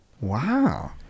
Wow